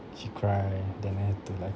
she cry then I had to like